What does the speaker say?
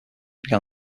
began